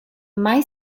mai